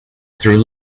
through